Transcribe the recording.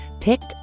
picked